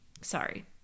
sorry